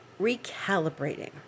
recalibrating